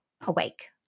awake